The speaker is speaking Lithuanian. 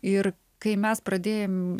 ir kai mes pradėjom